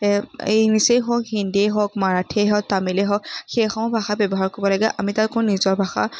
ইংলিছেই হওক হিন্দীয়ে হওক মাৰাঠিয়েই হওক তামিলেই হওক সেইসমূহ ভাষা ব্যৱহাৰ কৰিব লাগে আমি তাতো নিজৰ ভাষা